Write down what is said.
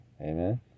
Amen